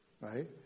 right